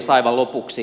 aivan lopuksi